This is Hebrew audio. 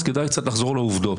אז כדאי קצת לחזור לעובדות.